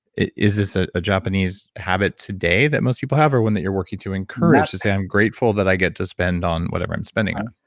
is this a ah japanese habit today that most people have, or one that you're working to encourage, to say, i'm grateful that i get to spend on whatever i'm spending on?